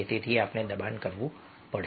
તેથી આપણે દબાણ કરવું પડશે